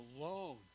alone